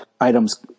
items